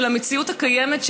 של המציאות הקיימת,